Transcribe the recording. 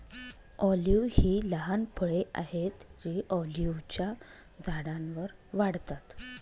olive ही लहान फळे आहेत जी ऑलिव्हच्या झाडांवर वाढतात